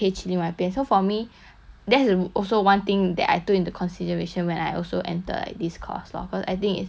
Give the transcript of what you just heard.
that's m~ also one thing that I took into consideration when I also enter like this course lor because I think it's actually not bad lah